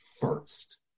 first